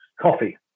coffee